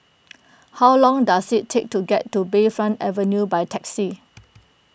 how long does it take to get to Bayfront Avenue by taxi